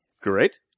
Great